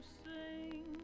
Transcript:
sing